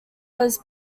was